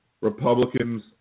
Republicans